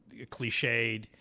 cliched